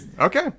Okay